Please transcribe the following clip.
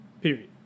Period